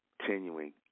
continuing